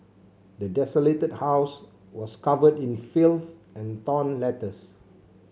the desolated house was covered in filth and torn letters